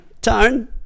tone